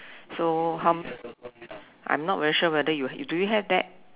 so how I'm not very sure whether you do you have that